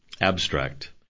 Abstract